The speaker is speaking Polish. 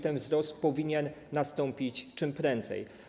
Ten wzrost powinien nastąpić czym prędzej.